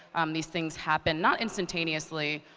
um these things happen not instantaneously,